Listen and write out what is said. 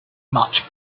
much